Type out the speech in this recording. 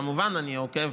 כמובן, אני עוקב